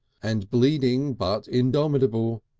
and bleeding, but indomitable,